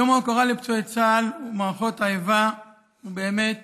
יום ההוקרה לפצועי צה"ל ופעולות האיבה הוא באמת